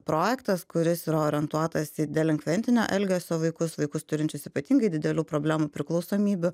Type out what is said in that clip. projektas kuris yra orientuotas į delinkventinio elgesio vaikus vaikus turinčius ypatingai didelių problemų priklausomybių